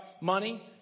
money